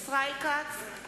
ישראל כץ,